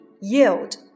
yield